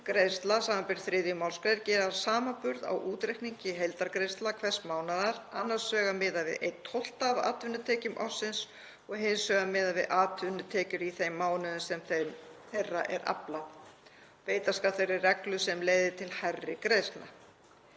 greiðslna, sbr. 3. mgr., gera samanburð á útreikningi heildargreiðslna hvers mánaðar, annars vegar miðað við 1/12 af atvinnutekjum ársins og hins vegar miðað við atvinnutekjur í þeim mánuðum sem þeirra er aflað. Beita skal þeirri reglu sem leiðir til hærri greiðslna.